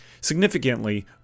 Significantly